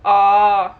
oh